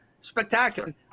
spectacular